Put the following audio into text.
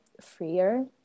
freer